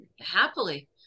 happily